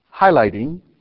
highlighting